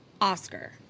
Oscar